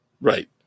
right